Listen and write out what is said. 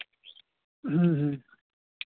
ᱦᱮᱸ ᱦᱮᱸ